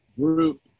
group